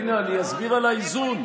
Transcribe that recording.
הינה, אני אסביר על האיזון.